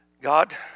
God